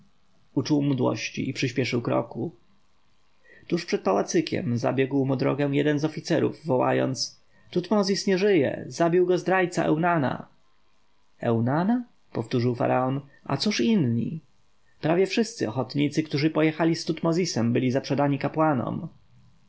uczuł mdłości i przyśpieszył kroku tuż pod pałacykiem zabiegł mu drogę jeden z oficerów wołając tutmozis nie żyje zabił go zdrajca eunana eunana powtórzył faraon a cóż inni prawie wszyscy ochotnicy którzy pojechali z tutmozisem byli zaprzedani kapłanom